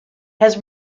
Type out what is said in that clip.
has